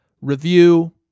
review